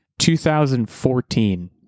2014